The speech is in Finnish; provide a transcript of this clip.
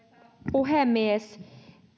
puhemies